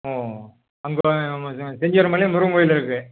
ஓ அங்கே செஞ்சேரி மலை முருகன் கோயில் இருக்கு